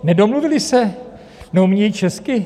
Nedomluvili se, neumějí česky?